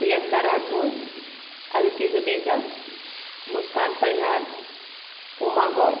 Priyanka Rathore Aditi Juneja Muskan Parihar Uma Gaur